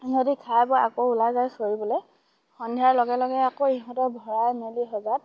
সিহঁতি খাই বৈ আকৌ ওলাই যায় চৰিবলৈ সন্ধিয়াৰ লগে লগে আকৌ ইহঁতক ভৰাই মেলি সঁজা